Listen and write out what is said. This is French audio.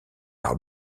par